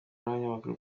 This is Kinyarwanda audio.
n’abanyamakuru